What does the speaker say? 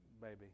baby